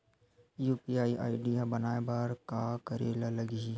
UPI ID बनाये बर का करे ल लगही?